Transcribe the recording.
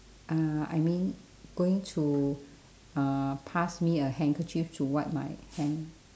uh I mean going to uh pass me a handkerchief to wipe my hand